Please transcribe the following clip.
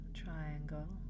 triangle